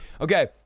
okay